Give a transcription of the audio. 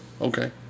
Okay